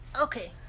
Okay